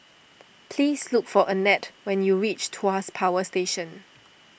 please look for Annette when you reach Tuas Power Station